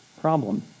problem